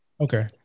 Okay